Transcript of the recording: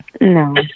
No